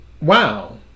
wow